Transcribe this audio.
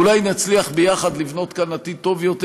אולי נצליח ביחד לבנות כאן עתיד טוב יותר.